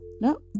no